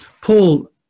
Paul